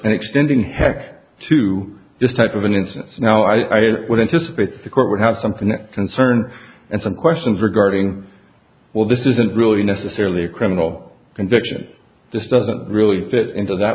and extending hec to this type of an instance now i would anticipate the court would have something that concern and some questions regarding well this isn't really necessarily a criminal conviction just doesn't really fit into that